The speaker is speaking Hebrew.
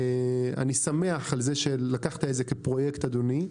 אני שמח שלקחת על זה שלקחת את זה כפרויקט, אדוני,